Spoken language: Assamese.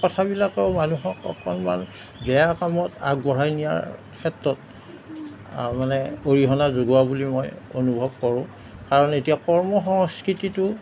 কথাবিলাকেও মানুহক অকণমান বেয়া কামত আগবঢ়াই নিয়াৰ ক্ষেত্ৰত মানে অৰিহণা যোগোৱা বুলি মই অনুভৱ কৰোঁ কাৰণ এতিয়া কৰ্ম সংস্কৃতিটো